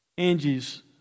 Angie's